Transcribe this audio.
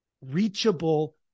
reachable